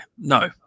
no